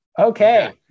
Okay